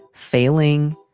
failing.